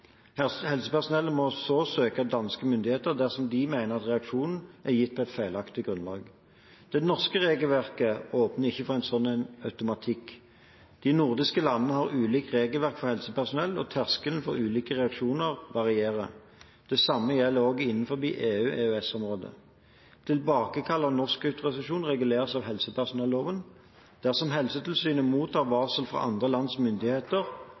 Helsepersonellet må så søke danske myndigheter dersom de mener at reaksjonen er gitt på feilaktig grunnlag. Det norske regelverket åpner ikke for en slik automatikk. De nordiske landene har ulike regelverk for helsepersonell, og tersklene for ulike reaksjoner varierer. Det samme gjelder også innenfor EU/EØS-området. Tilbakekall av norsk autorisasjon reguleres av helsepersonelloven. Dersom Helsetilsynet mottar varsel fra andre lands myndigheter